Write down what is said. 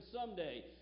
someday